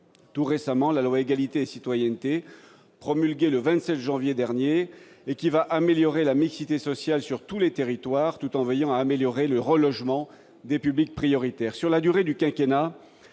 loi relative à l'égalité et à la citoyenneté, promulguée le 27 janvier dernier, va améliorer la mixité sociale sur tous les territoires, tout en s'employant à améliorer le relogement des publics prioritaires.